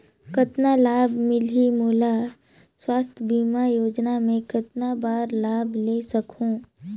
कतना लाभ मिलही मोला? स्वास्थ बीमा योजना मे कतना बार लाभ ले सकहूँ?